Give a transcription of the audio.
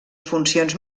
funcions